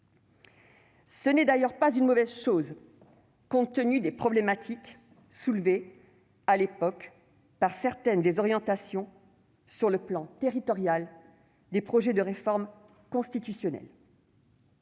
Ce n'est d'ailleurs pas une mauvaise chose, compte tenu des problématiques soulevées, à l'époque, par certaines des orientations territoriales envisagées dans le projet de révision constitutionnelle.